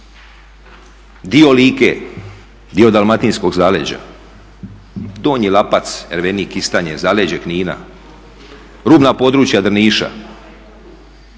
dio Like, dio Dalmatinskog zaleđa, Donji Lapac, Ervenik, Kistanje, zaleđe Knina, rubna područja Drniša,